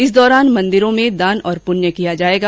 इस दौरान मंदिरों में दान पूण्य किया जायेगा